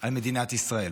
על מדינת ישראל.